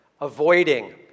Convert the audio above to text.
avoiding